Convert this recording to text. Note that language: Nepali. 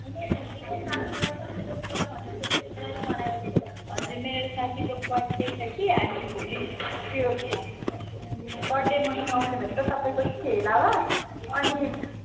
हजुर मेरो साथीको बर्थडे छ कि हामी भोलितिर चाहिँ बर्थडे मनाउन आउने भनेको तपाईँको ठेलामा अनि